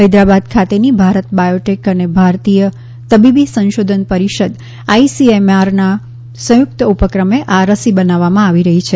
હૈદરાબાદ ખાતેની ભારત બાયોટેક અને ભારતીય તબીબી સંશોધન પરિષદ આઈ સી એમ આર ના સંયુક્ત ઉપક્રમે આ રસી બનાવવામાં આવી રહી છે